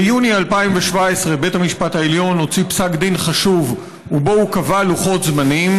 ביוני 2017 בית המשפט העליון הוציא פסק דין חשוב ובו קבע לוחות זמנים.